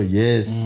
yes